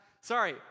Sorry